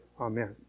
amen